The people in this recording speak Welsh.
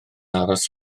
aros